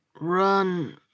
Run